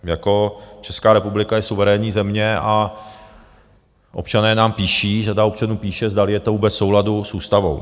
Jako Česká republika je suverénní země a občané nám píší, řada občanů píše, zdali je to vůbec v souladu s ústavou?